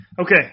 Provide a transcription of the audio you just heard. Okay